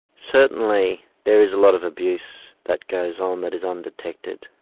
certainly there is a lot of abuse that goes on that is undetected.